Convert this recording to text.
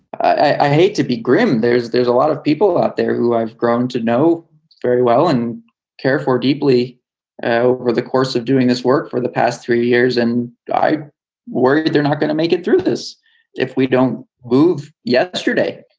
i hate to be grim. there's there's a lot of people out there who i've grown to know very well and care for deeply over the course of doing this work for the past three years and died worried that they're not gonna make it through this if we don't move yesterday.